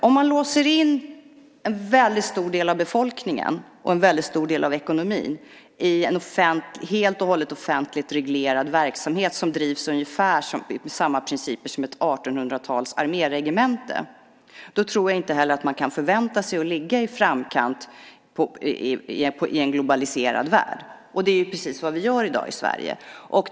Om man låser in en väldigt stor del av befolkningen och ekonomin i en helt och hållet offentligt reglerad verksamhet som drivs ungefär efter samma principer som ett arméregemente på 1800-talet tror jag inte heller man kan förvänta sig att ligga i framkant i en globaliserad värld. Det är precis vad vi gör i dag i Sverige.